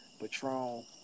Patron